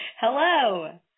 Hello